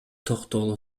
токтогул